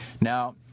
Now